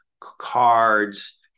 cards